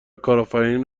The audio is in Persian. کارآفرینی